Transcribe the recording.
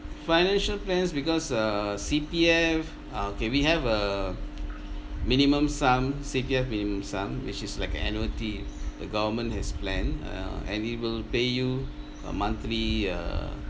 financial plans because err C_P_F ah okay we have a minimum sum C_P_F minimum sum which is like an annuity the government has planned uh and it will pay you a monthly uh